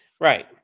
right